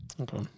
Okay